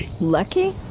Lucky